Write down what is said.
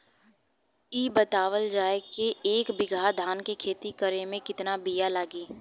इ बतावल जाए के एक बिघा धान के खेती करेमे कितना बिया लागि?